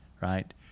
right